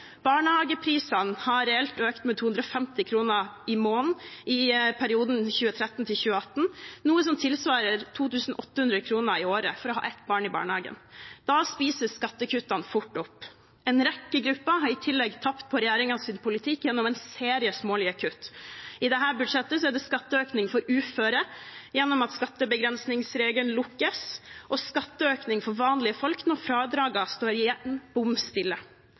Barnehageprisene har reelt økt med 250 kr i måneden i perioden 2013 til 2018, noe som tilsvarer 2 800 kr i året for å ha ett barn i barnehagen. Da spises skattekuttene fort opp. En rekke grupper har i tillegg tapt på regjeringens politikk gjennom en serie smålige kutt. I dette budsjettet er det skatteøkning for uføre gjennom at skattebegrensningsregelen lukkes, og skatteøkning for vanlige folk når fradragene igjen står